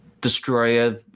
destroyer